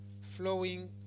flowing